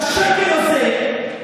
והשקר הזה,